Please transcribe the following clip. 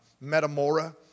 Metamora